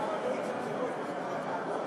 אבל לא יצמצמו את מספר הוועדות?